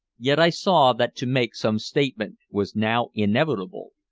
yet i saw that to make some statement was now inevitable,